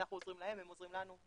אנחנו עוזרים להם והם עוזרים לנו,